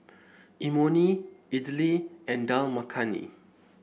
Imoni Idili and Dal Makhani